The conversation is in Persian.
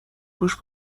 پوش